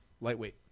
lightweight